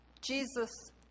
Jesus